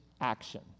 action